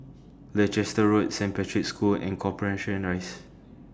Leicester Road Saint Patrick's School and Corporation Rise